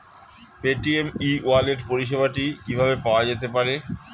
Paytm e wallet পরিষেবাটি কিভাবে পাওয়া যেতে পারে?